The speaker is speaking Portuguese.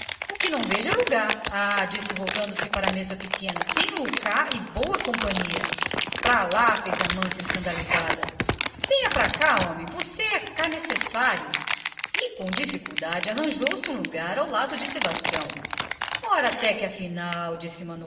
que não vejo é lugar ah exclamou voltando-se para a mesa pequena tenho-o cá e em boa companhia pra lá opôs-se amância escandalizada venha pra cá homem de deus você é cá necessário e com dificuldade arranjou se uma cadeira ao lado de sebastião ora até que afinal disse